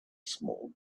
small